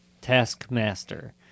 Taskmaster